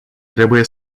trebuie